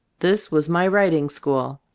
this was my riding school.